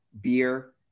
Beer